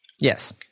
Yes